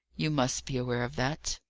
you must be aware of that.